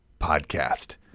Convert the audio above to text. podcast